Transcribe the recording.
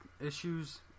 issues